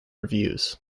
reviews